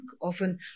Often